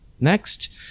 next